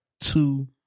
two